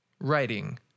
writing